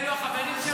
אלה החברים שלך?